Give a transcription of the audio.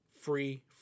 free